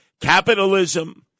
Capitalism